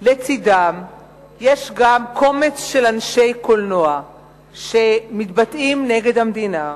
לצדם יש גם קומץ של אנשי קולנוע שמתבטאים נגד המדינה,